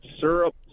Syrup